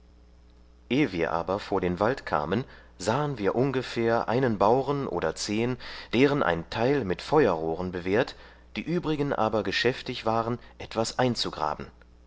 wir aber vor den wald kamen sahen wir ungefähr einen bauren oder zehen deren ein teil mit feurrohren bewehrt die übrigen aber geschäftig waren etwas einzugraben